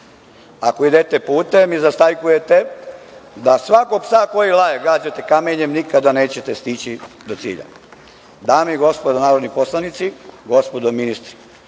ako idete putem i zastajkujete da svakog psa koji laje gađate kamenjem, nikada nećete stići do cilja. Dame i gospodo narodni poslanici, gospodo ministri,